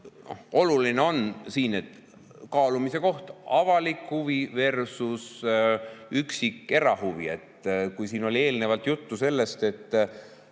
Oluline on siin kaalumise koht: avalik huviversuserahuvi. Siin oli eelnevalt juttu sellest, et